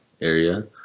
area